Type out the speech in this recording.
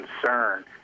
concern